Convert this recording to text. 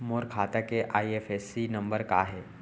मोर खाता के IFSC number का हे?